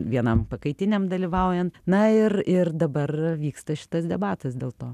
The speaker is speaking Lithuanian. vienam pakaitiniam dalyvaujant na ir ir dabar vyksta šitas debatas dėl to